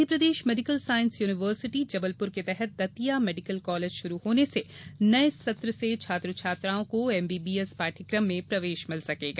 Madhya Pradesh medical science university Jabalpur के तहत Datia medical college शुरू होने से नए सत्र से छात्र छात्राओं को एमबीबीएस पाठ्यक्रम में प्रवेश मिल सकेगा